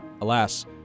Alas